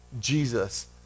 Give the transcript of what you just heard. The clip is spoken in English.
Jesus